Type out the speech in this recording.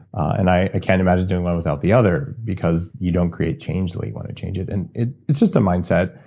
and i can't imagine doing one without the other because you don't create change the way you want to change it and it's just a mindset.